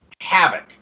havoc